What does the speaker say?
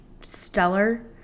stellar